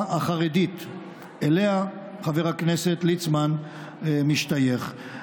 החרדית שאליה חבר הכנסת ליצמן משתייך,